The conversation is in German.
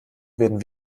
werden